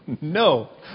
no